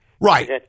right